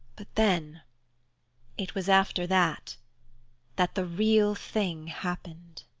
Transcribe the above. but then it was after that that the real thing happened.